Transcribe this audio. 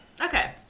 okay